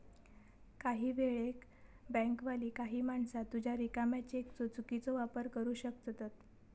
काही वेळेक बँकवाली काही माणसा तुझ्या रिकाम्या चेकचो चुकीचो वापर करू शकतत